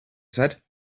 said